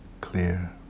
clear